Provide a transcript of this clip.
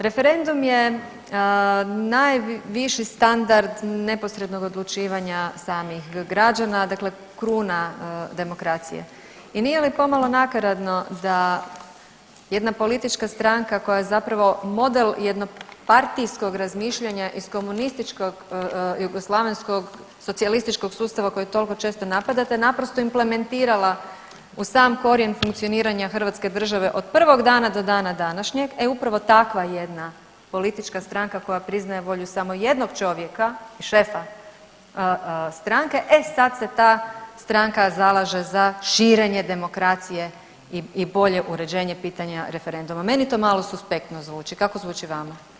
Referendum je najviši standard neposrednog odlučivanja samih građana, dakle kruna demokracije i nije li pomalo nakaradno da jedna politička stranka koja je zapravo model jednog partijskog razmišljanja iz komunističkog jugoslavenskog socijalističkog sustava koji toliko često napadate naprosto implementirala u sam korijen funkcioniranja hrvatske države od prvog dana do dana današnjeg, e upravo takva jedna politička stranka koja priznaje volju samo jednog čovjeka i šefa stranke e sad se ta stranka zalaže za širenje demokracije i bolje uređenje pitanja referenduma, meni to malo suspektno zvuči, kako zvuči vama?